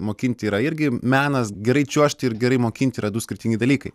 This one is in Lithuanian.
mokinti yra irgi menas gerai čiuožti ir gerai mokinti yra du skirtingi dalykai